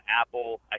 Apple